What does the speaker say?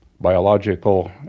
biological